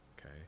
Okay